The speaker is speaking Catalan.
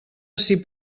ací